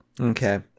Okay